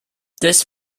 this